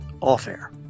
off-air